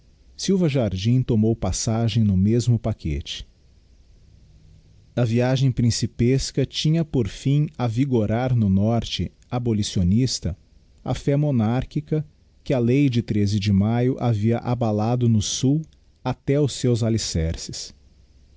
silva jardim tomou passagem no mesmo paquete a viagem piincipesca tinha por fim avigorar no norte abolicionista a fé monarchica que a lei de treze de maio havia abalado no sul até os seus alicerces